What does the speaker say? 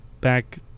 back